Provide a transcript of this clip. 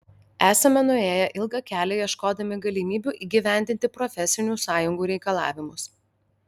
esame nuėję ilgą kelią ieškodami galimybių įgyvendinti profesinių sąjungų reikalavimus